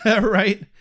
Right